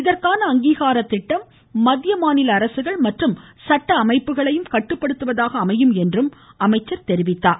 இதற்கான அங்கீகார திட்டம் மத்திய மாநில அரசுகள் மற்றும் சட்ட அமைப்புகளையும் கட்டுப்படுத்துவதாக அமையும் என்றும் அவர் குறிப்பிட்டார்